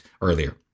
earlier